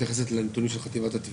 מתייחסת לנתונים של חטיבת התביעה?